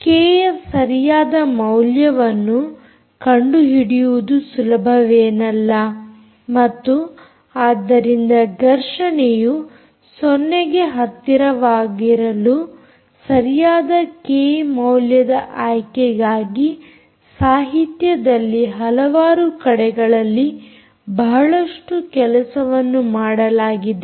K ಯ ಸರಿಯಾದ ಮೌಲ್ಯವನ್ನು ಕಂಡುಹಿಡಿಯುವುದು ಸುಲಭವೇನಲ್ಲ ಮತ್ತು ಆದ್ದರಿಂದ ಘರ್ಷಣೆಯು 0 ಗೆ ಹತ್ತಿರವಾಗಿರಲು ಸರಿಯಾದ ಕೆ ಮೌಲ್ಯದ ಆಯ್ಕೆಗಾಗಿ ಸಾಹಿತ್ಯದಲ್ಲಿ ಹಲವಾರು ಕಡೆಗಳಲ್ಲಿ ಬಹಳಷ್ಟು ಕೆಲಸವನ್ನು ಮಾಡಲಾಗಿದೆ